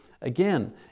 Again